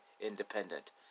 independent